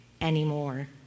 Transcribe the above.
anymore